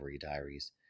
Diaries